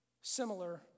similar